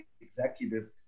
executive